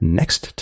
next